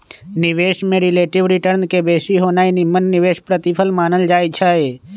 निवेश में relative return के बेशी होनाइ निम्मन निवेश प्रतिफल मानल जाइ छइ